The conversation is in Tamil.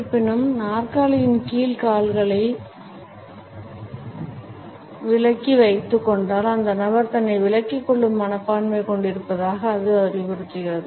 இருப்பினும் நாற்காலியின் கீழ் கால்களை விலக்கி வைத்துக்கொண்டாள் அந்த நபர் தன்னை விலக்கிக் கொள்ளும் மனப்பான்மை கொண்டிருப்பதாக அது அறிவுறுத்துகிறது